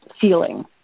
feeling